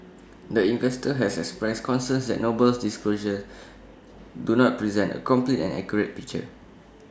the investor has expressed concerns that Noble's disclosures do not present A complete and accurate picture